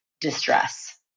distress